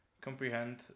comprehend